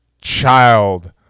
child